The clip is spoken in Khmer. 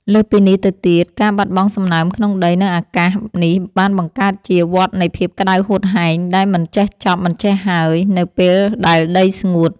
លើសពីនេះទៅទៀត ការបាត់បង់សំណើមក្នុងដី និងអាកាសនេះបានបង្កើតជា វដ្តនៃភាពក្តៅហួតហែង ដែលមិនចេះចប់មិនចេះហើយ។